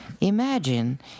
imagine